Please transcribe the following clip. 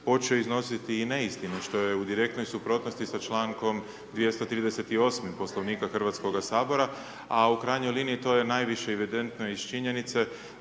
počeo iznositi i neistine što je u direktnoj suprotnosti sa člankom 238 Poslovnika Hrvatskoga sabora a u krajnjoj liniji to je najviše evidentno iz činjenice